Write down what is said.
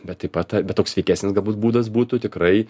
bet taip pat bet toks sveikesnis galbūt būdas būtų tikrai